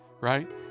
Right